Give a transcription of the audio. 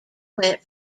went